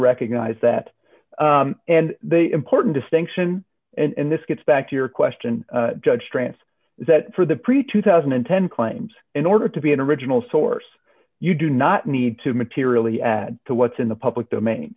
recognize that and the important distinction and this gets back to your question judge trance that for the pre two thousand and ten claims in order to be an original source you do not need to materially add to what's in the public domain